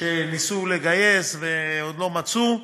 שניסו לגייס ועוד לא מצאו.